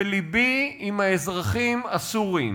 לבי עם האזרחים הסורים,